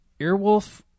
Earwolf